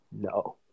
no